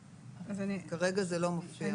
כרגע זה לא מופיע.